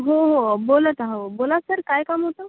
हो हो बोलत आहोत बोला सर काय काम होतं